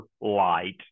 light